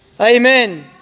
Amen